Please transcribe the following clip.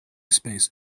space